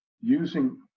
using